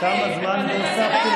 חבר הכנסת טיבי, אני מדבר אליך.